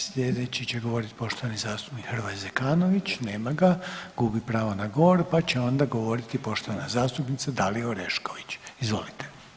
Sljedeći će govoriti poštovani zastupnik Hrvoje Zekanović, nema ga, gubi pravo na govor pa će onda govoriti poštovana zastupnica Dalija Orešković, izvolite.